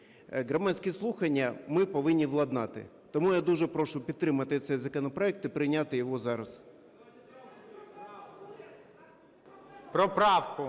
громадські слухання ми повинні владнати. Тому я дуже прошу підтримати цей законопроект і прийняти його зараз. ГОЛОВУЮЧИЙ.